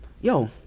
yo